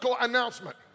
announcement